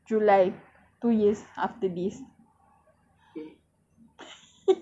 my expire date is thirty first july two years after this